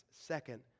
second